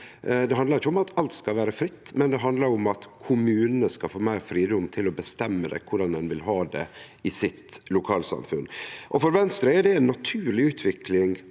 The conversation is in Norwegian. Det handlar ikkje om at alt skal vere fritt, men det handlar om at kommunane skal få meir fridom til å bestemme korleis ein vil ha det i sitt lokalsamfunn. For Venstre er det ei naturleg utvikling